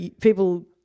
people